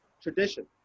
Tradition